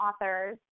authors